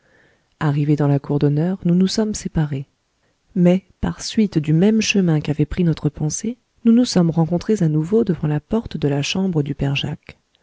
arrivés dans la cour d'honneur nous nous sommes séparés mais nous nous sommes rencontrés à nouveau devant la porte de la chambre du père jacques